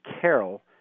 Carol